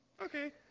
Okay